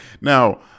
Now